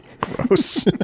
Gross